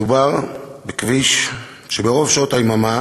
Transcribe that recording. מדובר בכביש שברוב שעות היממה